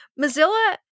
Mozilla